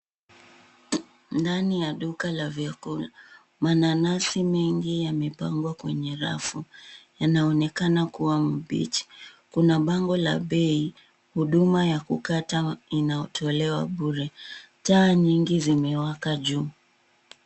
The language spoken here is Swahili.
Ndani ya duka la vyakula, mananasi mengi yamepangwa kwenye rafu, yanaonekana kuwa mbichi. Kuna bango la bei, huduma ya kukata inaotolewa bure. Taa nyingi zimewaka juu.